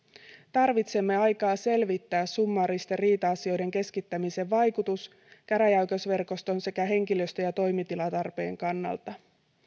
tarvitsemme aikaa selvittää summaaristen riita asioiden keskittämisen vaikutuksen käräjäoikeusverkoston sekä henkilöstö ja toimitilatarpeen kannalta